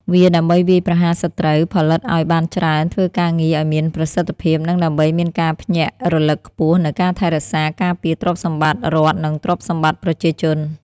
វាដើម្បីវាយប្រហារសត្រូវ ផលិតអោយបានច្រើន ធ្វើការងារអោយមានប្រសិទ្ឋភាព និងដើម្បីមានការភ្ញាក់រលឹកខ្ពស់នូវការថែរក្សា ការពារ ទ្រព្យសម្បត្តិរដ្ឋនិងទ្រព្យសម្បត្តិ ប្រជាជន។